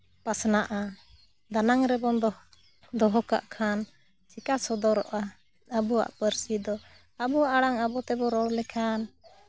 ᱯᱟᱥᱱᱟᱜᱼᱟ ᱫᱟᱱᱟᱝ ᱨᱮᱵᱚᱱ ᱫᱚᱦᱚ ᱠᱟᱜ ᱠᱷᱟᱱ ᱪᱤᱠᱟᱹ ᱥᱚᱫᱚᱨᱚᱜᱼᱟ ᱟᱵᱚᱣᱟᱜ ᱯᱟᱹᱨᱥᱤ ᱫᱚ ᱟᱵᱚᱣᱟᱜ ᱟᱲᱟᱝ ᱟᱵᱚ ᱛᱮᱵᱚᱱ ᱨᱚᱲ ᱞᱮᱠᱷᱟᱱ